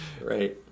right